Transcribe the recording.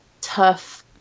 tough